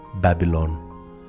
babylon